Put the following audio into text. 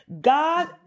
God